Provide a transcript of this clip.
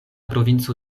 provinco